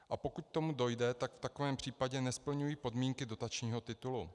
A pokud k tomu dojde, tak v takovém případě nesplňují podmínky dotačního titulu.